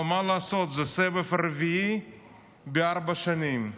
אבל מה לעשות, זה סבב רביעי בארבע שנים.